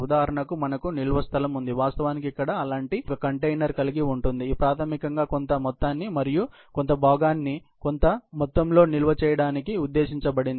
ఉదాహరణకు మనకు నిల్వ స్థలం ఉంది వాస్తవానికి ఇక్కడ అలాంటి ఒక కంటైనర్ను కలిగివుంది ఇది ప్రాథమికంగా కొంత మొత్తాన్ని మరియు కొంత భాగాన్ని కొంత మొత్తంలో నిల్వ చేయడానికి ఉద్దేశించబడింది